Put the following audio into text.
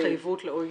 התחייבות ל-OECD?